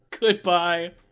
Goodbye